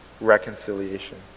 reconciliation